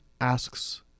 asks